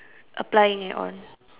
applying it on